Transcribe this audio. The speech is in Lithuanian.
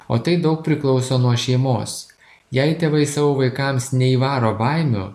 o tai daug priklauso nuo šeimos jei tėvai savo vaikams neįvaro baimių